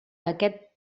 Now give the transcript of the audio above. aquest